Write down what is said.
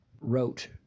wrote